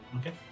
Okay